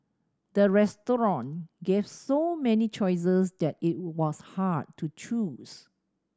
the restaurant gave so many choices that it was hard to choose